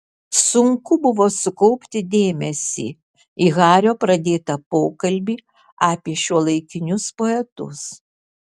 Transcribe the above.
sunku buvo sukaupti dėmesį į hario pradėtą pokalbį apie šiuolaikinius poetus